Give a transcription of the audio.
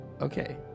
Okay